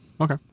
Okay